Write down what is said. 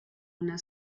una